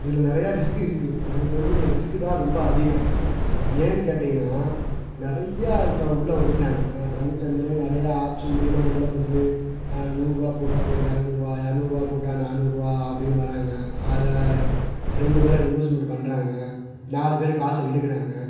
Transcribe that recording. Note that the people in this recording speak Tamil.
இதில் நிறையா ரிஸ்க் இருக்குது எனக்கு தெரிஞ்சு இதில் ரிஸ்க் தான் ரொம்ப அதிகம் ஏன்னு கேட்டிங்கனால் நிறையா இப்போ உள்ளே வந்துட்டாங்க பங்கு சந்தைலையே நிறையா ஆப்ஸ் மூலயமா உள்ளே வந்து நூறுபா போட்டால் உங்களுக்கு இரநூறுவா இரநூறுவா போட்டால் நானூறுபா அப்படின்னு வராங்க அதை ரெண்டுப் பேர் அதை இன்வெஸ்ட்மெண்ட் பண்றாங்க நாலு பேரு காசை எடுக்கிறாங்க